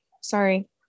sorry